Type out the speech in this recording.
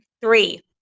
Three